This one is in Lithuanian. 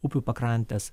upių pakrantes